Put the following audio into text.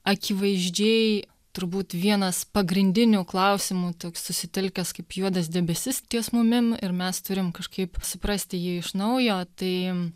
akivaizdžiai turbūt vienas pagrindinių klausimų toks susitelkęs kaip juodas debesis ties mumim ir mes turim kažkaip suprasti jį iš naujo tai